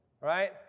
Right